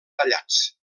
tallats